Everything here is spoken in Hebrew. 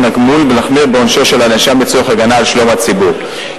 הגמול ולהחמיר בעונשו של הנאשם לצורך הגנה על שלום הציבור,